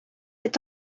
est